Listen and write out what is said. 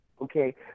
Okay